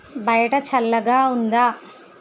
బయట చల్లగా ఉందా